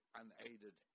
unaided